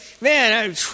Man